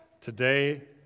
Today